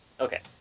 Okay